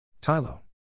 Tylo